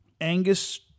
Angus